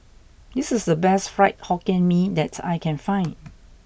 this is the best Fried Hokkien Mee that I can find